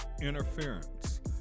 Interference